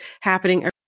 happening